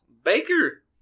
Baker